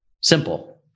Simple